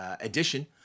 edition